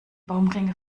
baumringe